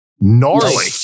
gnarly